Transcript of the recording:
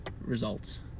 results